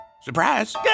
Surprise